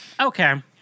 okay